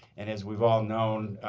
and as we have all known,